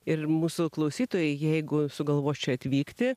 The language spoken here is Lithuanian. ir mūsų klausytojai jeigu sugalvos čia atvykti